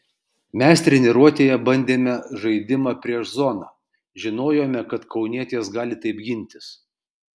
mes treniruotėje bandėme žaidimą prieš zoną žinojome kad kaunietės gali taip gintis